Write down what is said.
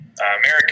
American